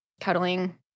cuddling